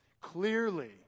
Clearly